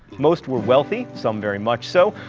most were wealthy, some very much so.